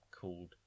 called